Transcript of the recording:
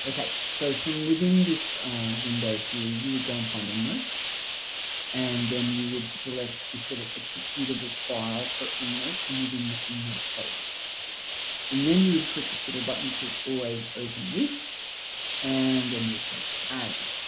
okay so from within this window here you would go and find endnote and then you would select this sort of executable file for endnote from within the endnote folder and then you would click this little button that says always open with and then you press add